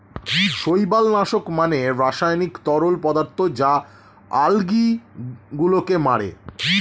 শৈবাল নাশক মানে রাসায়নিক তরল পদার্থ যা আলগী গুলোকে মারে